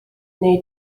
wnei